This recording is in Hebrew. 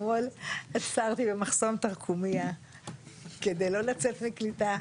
אתמול עצרתי במחסום תרקומיא כדי לא לצאת מקליטה,